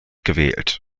gewählt